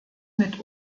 mit